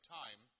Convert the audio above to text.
time